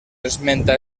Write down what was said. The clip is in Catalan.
esmenta